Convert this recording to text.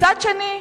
מצד שני,